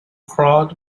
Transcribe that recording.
crawled